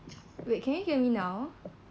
wait can you hear me now